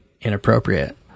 inappropriate